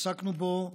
עסקנו בו,